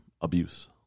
abuse